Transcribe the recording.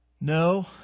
No